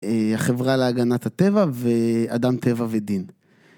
חברה להגנת הטבע ואדם טבע ודין.